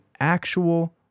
actual